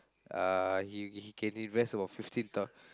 uh he he can invest about fifteen thou~